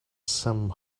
some